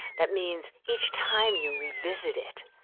that means each time you revisit it,